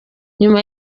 nyuma